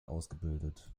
ausgebildet